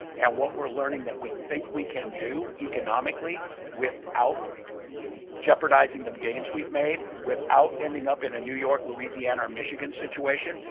and what we're learning that we think we can do economically without jeopardizing the gains we've made, without ending up in a new york, louisiana or michigan situation,